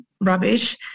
rubbish